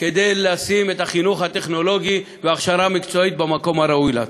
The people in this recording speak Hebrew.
כדי לשים את החינוך הטכנולוגי וההכשרה המקצועית במקום הראוי להם.